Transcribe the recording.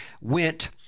went